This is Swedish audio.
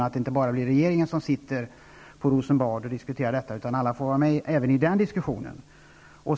Det är inte bara regeringen som på Rosenbad skall diskutera detta, utan alla bör få vara med i den debatten.